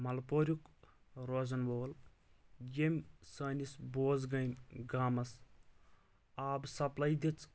مَلہٕ پوریُک روزان وول ییٚمہِ سٲنِس بوز گٲمۍ گامَس آبہٕ سَپلاے دِژ